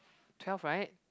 twelve right